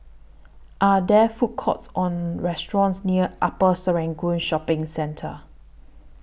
Are There Food Courts Or restaurants near Upper Serangoon Shopping Centre